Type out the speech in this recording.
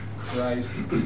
Christ